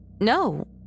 No